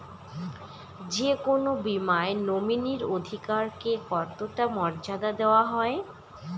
যে কোনো বীমায় নমিনীর অধিকার কে কতটা মর্যাদা দেওয়া হয়?